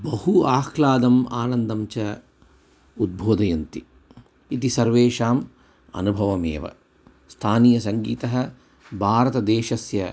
बहु आह्लादम् आनन्दं च उद्बोधयन्ति इति सर्वेषाम् अनुभवमेव स्थानीयः सङ्गीतः भारतदेशस्य